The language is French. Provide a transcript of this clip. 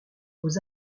aux